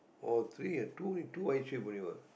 or three ah two two white sheep only what